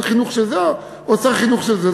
שר חינוך של זו או שר חינוך של זה.